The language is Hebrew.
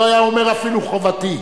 לא היה אומר אפילו חובתי.